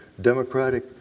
democratic